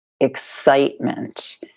excitement